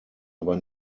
aber